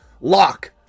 lock